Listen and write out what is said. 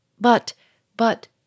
but—but